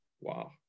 Wow